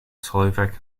slovak